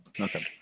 Okay